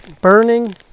burning